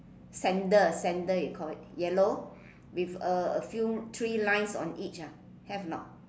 sandal sandal you call it yellow with a a few three lines on each ah have or not